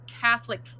Catholic